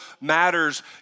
matters